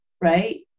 right